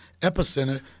epicenter